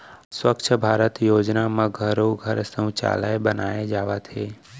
आज स्वच्छ भारत योजना म घरो घर सउचालय बनाए जावत हे